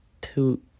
two